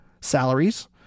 salaries